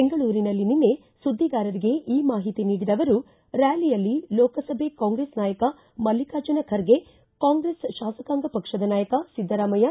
ಬೆಂಗಳೂರಿನಲ್ಲಿ ನಿನ್ನೆ ಸುದ್ವಿಗಾರರಿಗೆ ಈ ಮಾಹಿತಿ ನೀಡಿದ ಅವರು ರ್ಕಾಲಿಯಲ್ಲಿ ಲೋಕಸಭೆಯಲ್ಲಿ ಕಾಂಗ್ರೆಸ್ ನಾಯಕ ಮಲ್ಲಿಕಾರ್ಜುನ ಖರ್ಗೆ ಕಾಂಗ್ರೆಸ್ ಶಾಸಕಾಂಗ ಪಕ್ಷದ ನಾಯಕ ಸಿದ್ದರಾಮಯ್ಯ